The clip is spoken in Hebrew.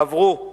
עברו יותר